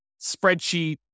spreadsheet